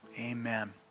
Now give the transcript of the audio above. amen